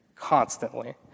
constantly